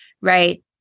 right